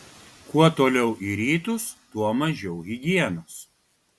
kuo toliau į rytus tuo mažiau higienos